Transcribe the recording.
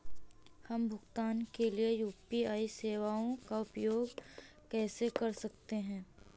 हम भुगतान के लिए यू.पी.आई सेवाओं का उपयोग कैसे कर सकते हैं?